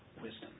wisdom